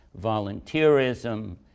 volunteerism